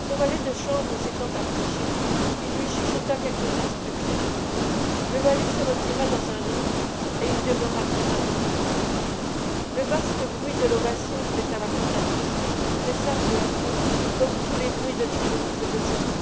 son valet de chambre s'étant approché il lui chuchota quelques instructions le valet se retira dans un angle et y demeura très attentif le vaste bruit de l'ovation faite à la cantatrice cessa peu à peu comme tous les bruits de triomphe de ce monde